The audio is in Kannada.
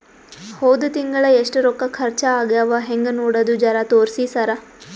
ಹೊದ ತಿಂಗಳ ಎಷ್ಟ ರೊಕ್ಕ ಖರ್ಚಾ ಆಗ್ಯಾವ ಹೆಂಗ ನೋಡದು ಜರಾ ತೋರ್ಸಿ ಸರಾ?